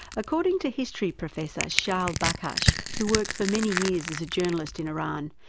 according to history professor shaul bakhash, who worked for many years as a journalist in iran,